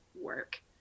work